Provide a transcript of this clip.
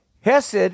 Hesed